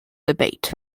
debate